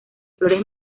flores